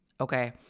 Okay